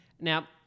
Now